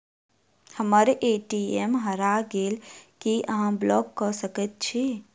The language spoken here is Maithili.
हम्मर ए.टी.एम हरा गेल की अहाँ ब्लॉक कऽ सकैत छी?